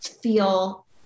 feel